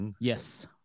Yes